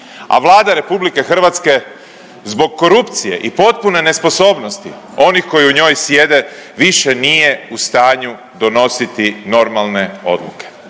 a Vlada Republike Hrvatske zbog korupcije i potpune nesposobnosti onih koji u njoj sjede više nije u stanju donositi normalne odluke.